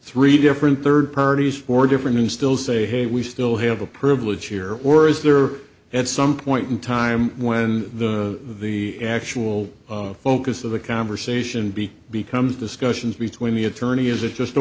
three different third parties or different still say hey we still have a privilege here or is there at some point in time when the actual focus of the conversation be becomes discussions between the attorney is it just a